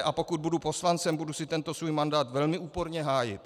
A pokud budu poslancem, budu si tento svůj mandát velmi úporně hájit.